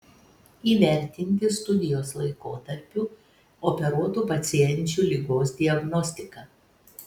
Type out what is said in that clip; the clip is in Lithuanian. įvertinti studijos laikotarpiu operuotų pacienčių ligos diagnostiką